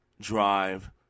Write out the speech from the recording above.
drive